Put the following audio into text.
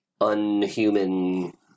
unhuman